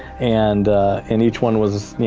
and and each one was. you